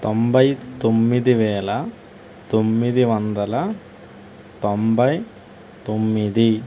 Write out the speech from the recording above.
తొంభై తొమ్మిది వేల తొమ్మిది వందల తొంభై తొమ్మిది